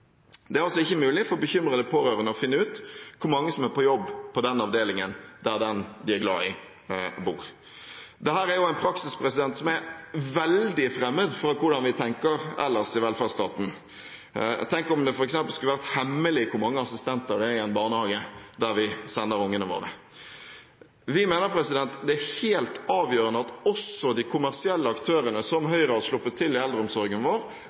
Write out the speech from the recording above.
Det er altså ikke mulig for bekymrede pårørende å finne ut hvor mange som er på jobb på den avdelingen der den de er glad i, bor. Dette er en praksis som er veldig fremmed for hvordan vi tenker ellers i velferdsstaten. Tenk om det f.eks. skulle vært hemmelig hvor mange assistenter det er i en barnehage der vi sender barna våre. Vi mener det er helt avgjørende at også de kommersielle aktørene, som Høyre har sluppet til i eldreomsorgen vår,